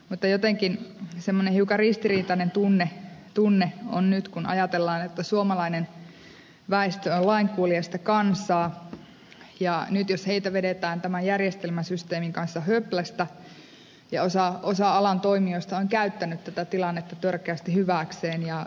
mutta jotenkin semmoinen hiukan ristiriitainen tunne on nyt kun ajatellaan että suomalainen väestö on lainkuuliaista kansaa jos heitä nyt vedetään tämän järjestelmän systeemin kanssa höplästä ja osa alan toimijoista on käyttänyt tätä tilannetta törkeästi hyväkseen